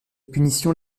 punitions